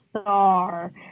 star